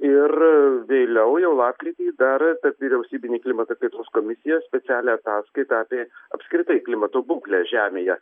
ir vėliau jau lapkritį dar vyriausybinė klimato kaitos komisija specialią ataskaitą apie apskritai klimato būklę žemėje